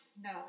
No